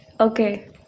Okay